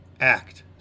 act